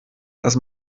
dass